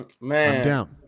man